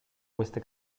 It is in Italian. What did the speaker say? queste